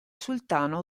sultano